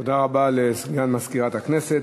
תודה רבה לסגן מזכירת הכנסת.